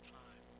time